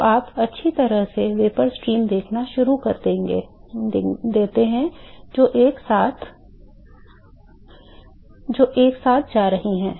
तो आप अच्छी तरह से वाष्प धारा को देखना शुरू कर देते हैं जो एक साथ जा रही है